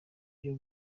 byo